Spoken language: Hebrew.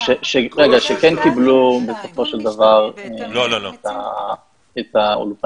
שכן קיבלו בסופו של דבר את האולפנים,